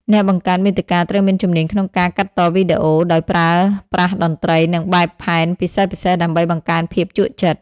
អ្នកបង្កើតមាតិកាត្រូវមានជំនាញក្នុងការកាត់តវីដេអូ ដោយប្រើប្រាស់តន្ត្រី និងបែបផែនពិសេសៗដើម្បីបង្កើនភាពជក់ចិត្ត។